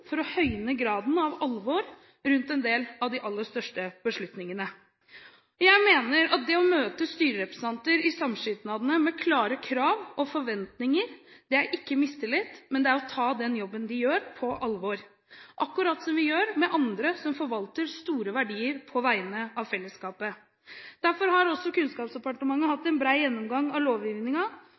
for å høyne graden av alvor rundt en del av de aller største beslutningene. Jeg mener at det å møte styrerepresentanter i samskipnadene med klare krav og forventninger ikke er mistillit, men det er å ta den jobben de gjør, på alvor – akkurat som vi gjør med andre som forvalter store verdier på vegne av fellesskapet. Derfor har Kunnskapsdepartementet hatt en bred gjennomgang av